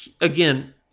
again